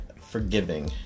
forgiving